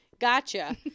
gotcha